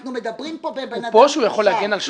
אנחנו מדברים פה בבן אדם --- הוא פה שהוא יכול להגן על שמו הטוב?